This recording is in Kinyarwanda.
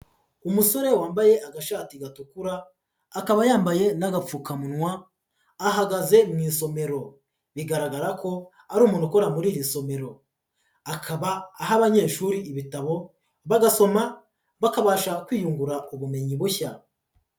Umusore wambaye agashati gatukura, akaba yambaye n'agapfukamunwa, ahagaze mu isomero, bigaragara ko ari umuntu ukora muri iri somero, akaba aha abanyeshuri ibitabo, bagasoma bakabasha kwiyungura ubumenyi bushya.